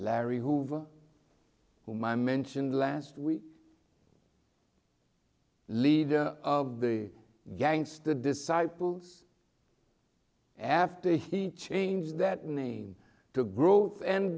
larry hoover whom i mentioned last week leader of the gangster disciples after he changed that name to growth and